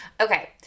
Okay